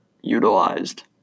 utilized